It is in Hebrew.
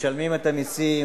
משלמים את המסים,